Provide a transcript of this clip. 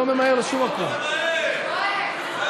אז חבר הכנסת שטרן נימק.